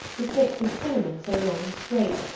the sticks of cinnamon so long and straight,